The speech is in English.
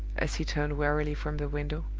as he turned wearily from the window,